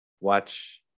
watch